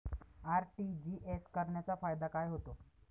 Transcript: RTGS करण्याचा फायदा काय होतो?